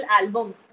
album